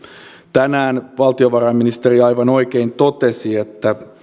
tänään valtiovarainministeri aivan oikein totesi että